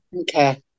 okay